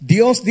Dios